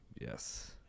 Yes